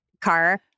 car